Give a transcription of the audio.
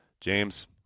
James